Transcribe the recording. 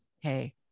hey